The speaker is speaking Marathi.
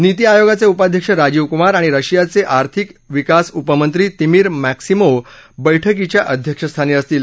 नीती आयोगाचे उपाध्यक्ष राजीव कुमार आणि रशियाचे आर्थिक विकास उपमंत्री तिमीर माक्सीमोव्ह बैठकीच्या अध्यक्षस्थानी असतील